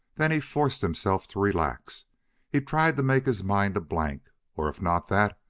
then he forced himself to relax he tried to make his mind a blank or if not that,